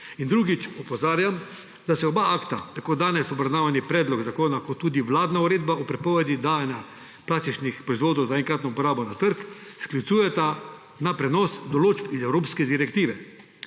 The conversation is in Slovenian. drugič, opozarjam, da se oba akta, tako danes obravnavani predlog zakona kot tudi vladna uredba o prepovedi dajanja plastičnih proizvodov za enkratno uporabo na trg, sklicujeta na prenos določb iz evropske direktive